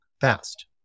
fast